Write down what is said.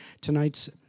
tonight's